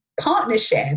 partnership